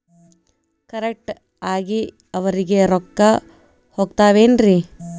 Correct ಆಗಿ ಅವರಿಗೆ ರೊಕ್ಕ ಹೋಗ್ತಾವೇನ್ರಿ?